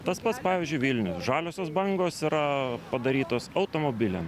tas pats pavyzdžiui vilnius žaliosios bangos yra padarytos automobiliam